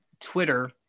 Twitter